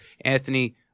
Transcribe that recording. Anthony